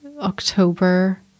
October